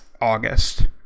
August